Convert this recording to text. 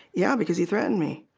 yeah, because he threatened me